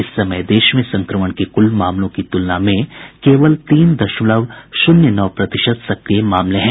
इस समय देश में संक्रमण के कुल मामलों की तुलना में केवल तीन दशमलव शून्य नौ प्रतिशत सक्रिय मामले हैं